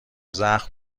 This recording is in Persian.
زخم